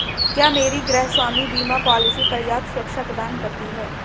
क्या मेरी गृहस्वामी बीमा पॉलिसी पर्याप्त सुरक्षा प्रदान करती है?